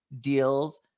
deals